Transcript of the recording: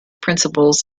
principles